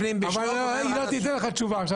היא לא תיתן לך תשובה עכשיו.